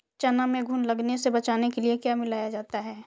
चना में घुन लगने से बचाने के लिए क्या मिलाया जाता है?